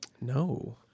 No